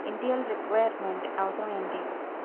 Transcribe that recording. Initial requirement అవసరం ఎంటి?